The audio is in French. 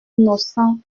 innocent